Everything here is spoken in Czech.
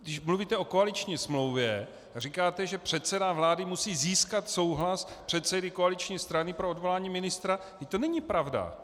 Když mluvíte o koaliční smlouvě a říkáte, že předseda vlády musí získat souhlas předsedy koaliční strany pro odvolání ministra vždyť to není pravda!